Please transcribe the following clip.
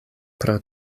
pro